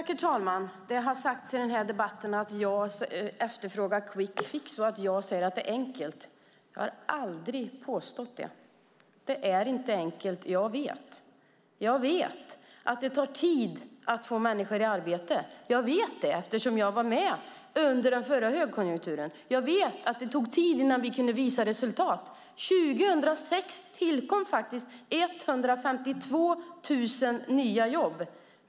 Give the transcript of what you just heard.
Herr talman! Det har sagts i den här debatten att jag efterfrågar quick fix och att jag säger att det är enkelt. Jag har aldrig påstått det. Det är inte enkelt. Jag vet. Jag vet att det tar tid att få människor i arbete. Jag vet det eftersom jag var med under den förra högkonjunkturen. Jag vet att det tog tid innan vi kunde visa resultat. År 2006 tillkom 152 000 nya jobb.